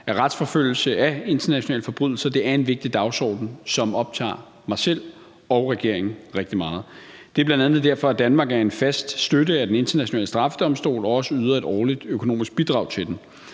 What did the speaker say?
at retsforfølgelse af internationale forbrydelser er en vigtig dagsorden, som optager mig selv og regeringen rigtig meget. Det er bl.a. derfor, at Danmark er en fast støtte af Den Internationale Straffedomstol og også yder et årligt økonomisk bidrag til den.